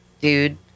dude